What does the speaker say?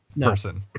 person